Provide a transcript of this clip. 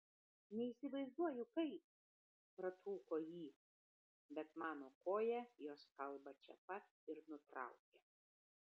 neįsivaizduoju kaip pratrūko ji bet mano koja jos kalbą čia pat ir nutraukė